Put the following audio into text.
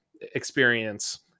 experience